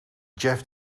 jeff